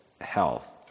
health